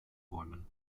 bäumen